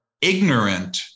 ignorant